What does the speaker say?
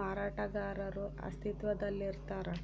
ಮಾರಾಟಗಾರರು ಅಸ್ತಿತ್ವದಲ್ಲಿರ್ತಾರ